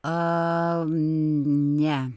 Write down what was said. a ne